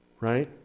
Right